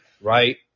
right